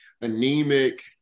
anemic